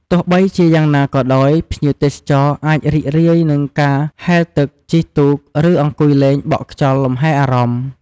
ទោះបីជាយ៉ាងណាក៏ដោយភ្ញៀវទេសចរអាចរីករាយ នឹងការហែលទឹក ជិះទូក ឬអង្គុយលេងបក់ខ្យល់លម្ហែអារម្មណ៍។